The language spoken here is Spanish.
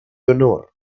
honor